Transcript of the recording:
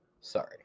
Sorry